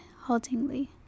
haltingly